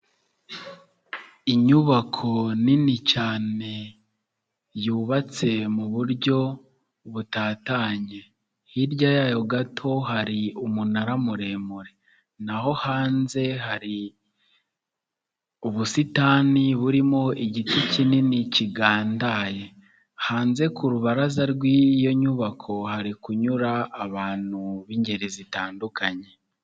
Inyubako nini cyane yubatse mu buryo butatanye, hirya yayo gato hari umunara muremure na ho hanze hari ubusitani burimo igiti kinini kigandaye, hanze ku rubaraza rw'iyo nyubako hari kunyura abantu b'ingeri zitandukanye.